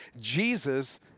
Jesus